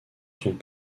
sont